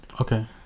okay